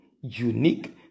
unique